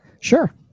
Sure